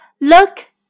Look